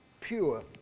pure